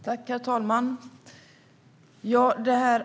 Herr talman!